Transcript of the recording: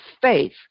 faith